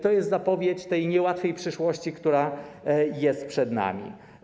To jest zapowiedź tej niełatwej przyszłości, która jest przed nami.